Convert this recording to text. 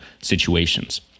situations